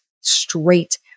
straight